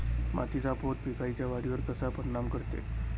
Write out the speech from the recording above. मातीचा पोत पिकाईच्या वाढीवर कसा परिनाम करते?